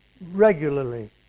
regularly